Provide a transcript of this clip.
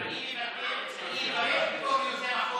אני מוותר, אני אברך מפה את יוזם החוק.